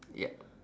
yup